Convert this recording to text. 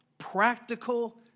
practical